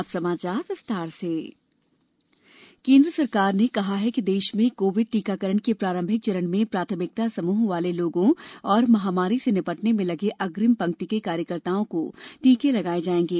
अब समाचार विस्तार से सरकार टीकाकरण केन्द्र सरकार ने कहा है कि देश में कोविड टीकाकरण के प्रारंभिक चरण में प्राथमिकता समूह वाले लोगों और महामारी से निपटने में लगे अग्रिम पंक्ति के कार्यकर्ताओं को टीके लगाये जाएंगे